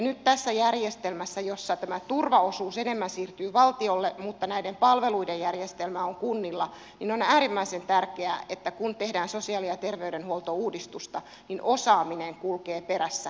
nyt tässä järjestelmässä jossa tämä turvaosuus enemmän siirtyy valtiolle mutta näiden palveluiden järjestelmä on kunnilla on äärimmäisen tärkeää kun tehdään sosiaali ja terveydenhuoltouudistusta että osaaminen kulkee perässä